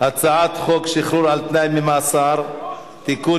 הצעת חוק שחרור על תנאי ממאסר (תיקון